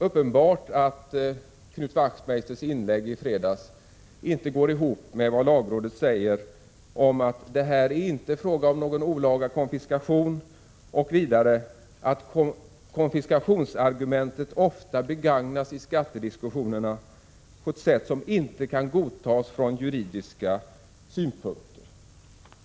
Knut Wachtmeisters inlägg i fredags går inte ihop med vad lagrådet säger om att detta inte är fråga om någon olaga konfiskation och att konfiskationsargumentet ofta begagnas i skattediskussioner på ett sätt som inte kan godtas från juridiska synpunkter.